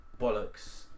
bollocks